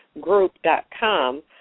group.com